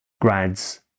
grads